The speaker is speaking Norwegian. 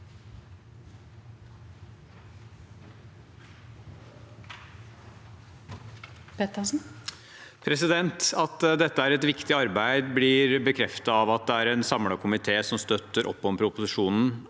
At dette er et viktig arbeid, blir bekreftet av at det er en samlet komité som støtter opp om proposisjonen,